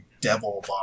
Devil